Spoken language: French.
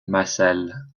marcel